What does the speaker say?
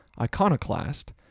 Iconoclast